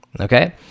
okay